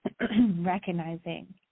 recognizing